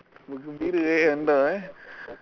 bergembira eh anda eh